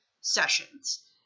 sessions